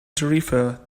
tarifa